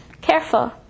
Careful